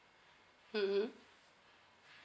mmhmm